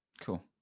Cool